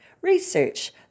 Research